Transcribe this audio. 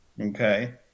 okay